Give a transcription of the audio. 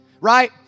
right